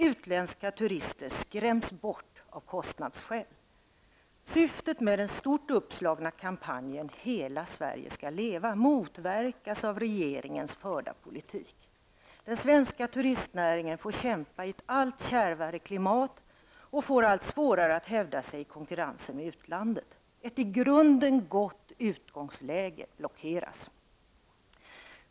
Utländska turister skräms bort av kostnadsskäl. Sverige skall leva'' motverkas av regeringens förda politik. Den svenska turistnäringen får kämpa i ett allt kärvare klimat och får allt svårare att hävda sig i konkurrensen med utlandet. Ett i grunden gott utgångsläge blockeras.